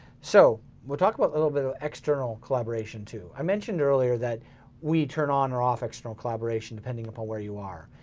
so we'll talk about a little bit about ah external collaboration too. i mentioned earlier that we turn on or off external collaboration, depending upon where you are.